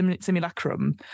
Simulacrum